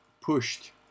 pushed